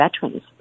veterans